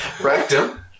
Rectum